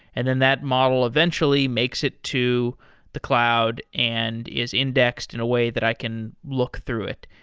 and then that model eventually makes it to the cloud and is indexed in a way that i can look through it.